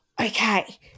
okay